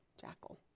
jackal